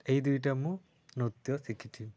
ଏହି ଦୁଇଟା ମୁଁ ନୃତ୍ୟ ଶିଖିଛି